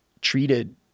treated